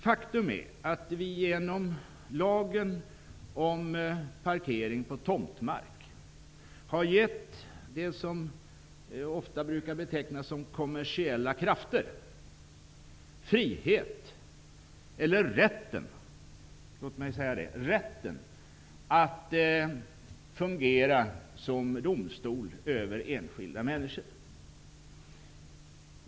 Faktum är att vi genom lagen om parkering på tomtmark har gett dem som ofta brukar betecknas som kommersiella krafter rätten att fungera som domare över enskilda människor.